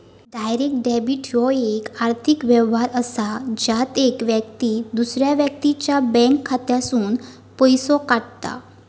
direct debit ह्यो येक आर्थिक व्यवहार असा ज्यात येक व्यक्ती दुसऱ्या व्यक्तीच्या बँक खात्यातसूनन पैसो काढता